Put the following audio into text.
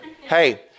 Hey